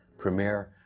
premiere,